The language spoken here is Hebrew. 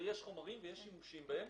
אבל יש חומרים שיש שימושים בהם.